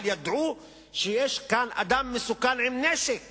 אבל ידעו שיש כאן אדם מסוכן עם נשק